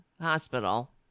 hospital